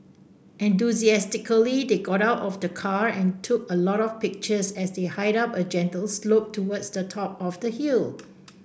enthusiastically they got out of the car and took a lot of pictures as they hiked up a gentle slope towards the top of the hill